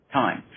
time